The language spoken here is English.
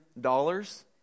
dollars